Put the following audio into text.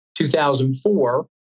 2004